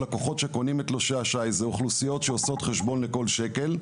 לקוחות שקונים את תלושי השי שייכים לאוכלוסיות שעושות חשבון לכל שקל,